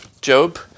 Job